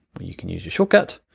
you can use your shortcut.